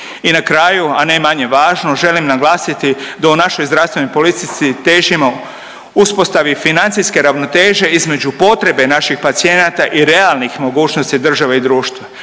I na kraju, a ne manje važno, želim naglasiti da u našoj zdravstvenoj politici težimo uspostavi financijske ravnoteže između potrebe naših pacijenata i realnih mogućnosti države i društva.